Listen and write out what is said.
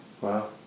Wow